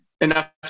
enough